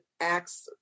acts